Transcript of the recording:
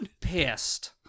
pissed